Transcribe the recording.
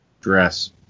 dress